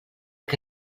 que